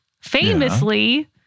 famously